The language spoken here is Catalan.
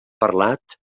parlat